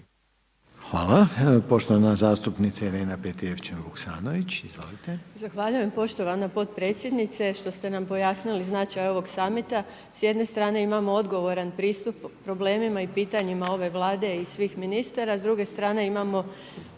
Hvala. Poštovana zastupnica Irena Petrijevčanin-Vuksanović, izvolite.